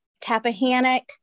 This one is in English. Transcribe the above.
Tappahannock